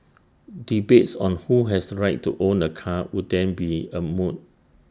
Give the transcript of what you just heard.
debates on who has the right to own A car would then be A moot